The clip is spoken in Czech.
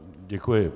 Děkuji.